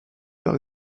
par